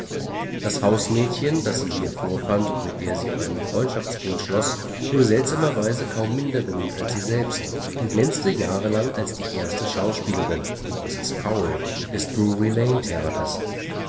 das hausmädchen das sie hier vorfand und mit der sie einen freundschaftsbund schloß wurde seltsamerweise kaum minder berühmt als sie selbst und glänzte jahrelang als die erste schauspielerin mrs powell des